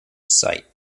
sight